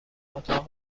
اتاق